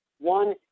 One